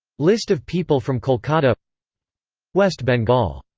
list of people from kolkata west bengal